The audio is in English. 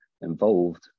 involved